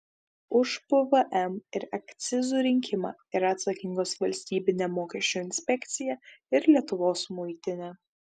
už pvm ir akcizų rinkimą yra atsakingos valstybinė mokesčių inspekcija ir lietuvos muitinė